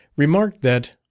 remarked that,